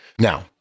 Now